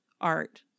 art